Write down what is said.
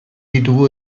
ditugu